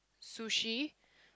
sushi